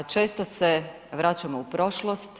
Često se vraćamo u prošlost.